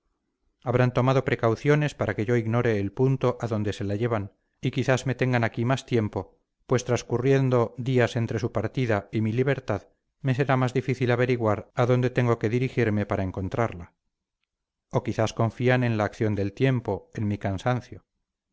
habrán tomado precauciones para que yo ignore el punto a donde se la llevan y quizás me tengan aquí más tiempo pues transcurriendo días entre su partida y mi libertad me será más difícil averiguar a dónde tengo que dirigirme para encontrarla o quizás confían en la acción del tiempo en mi cansancio